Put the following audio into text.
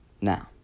Now